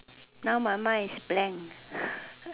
now my mind is blank